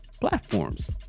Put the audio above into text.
platforms